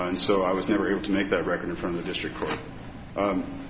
and so i was never able to make that record from the district